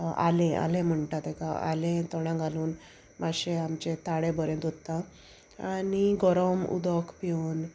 आलें आलें म्हुणटा तेका आलें तोंडां घालून मातशें आमचे ताळे बोरे दोत्तां आनी गोरोम उदोक पिवन